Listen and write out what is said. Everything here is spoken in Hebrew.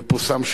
ופורסם,